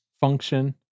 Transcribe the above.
function